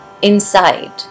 inside